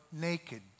naked